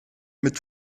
mit